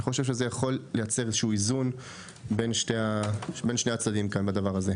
אני חושב שזה יכול לייצר איזשהו איזון בין שני הצדדים כאן בדבר הזה.